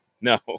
No